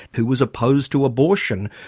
who was opposed to abortion.